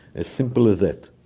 as simple as that.